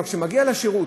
אבל כשזה מגיע לשירות,